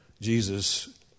Jesus